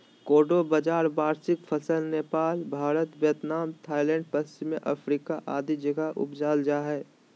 कोडो बाजरा वार्षिक फसल नेपाल, भारत, वियतनाम, थाईलैंड, पश्चिम अफ्रीका आदि जगह उपजाल जा हइ